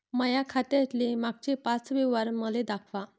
माया खात्यातले मागचे पाच व्यवहार मले दाखवा